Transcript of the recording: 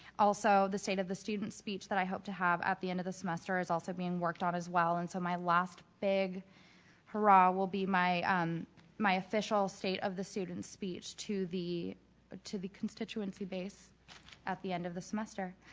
also, the state of the student speech that i hope to have at the end of the semester is also being worked on as well. and so my last big ah will be my um my official state of the student speech to the to the constituency based at the end of the semester.